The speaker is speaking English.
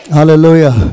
Hallelujah